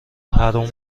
حروم